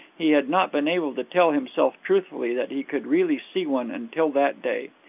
he had not been able to tell himself, truthfully, that he could really see one, until that day.